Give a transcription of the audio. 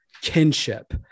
kinship